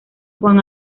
juan